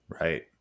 Right